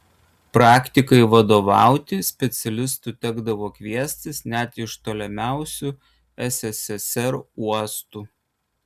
praktikai vadovauti specialistų tekdavo kviestis net iš tolimiausių sssr uostų